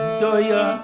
doya